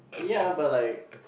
ya but like